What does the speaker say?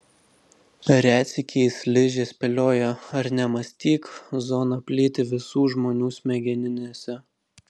retsykiais ližė spėlioja ar nemąstyk zona plyti visų žmonių smegeninėse